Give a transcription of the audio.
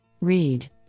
Read